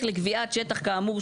התנאים וההליך לקביעת שטח כאמור".